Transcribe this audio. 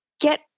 Get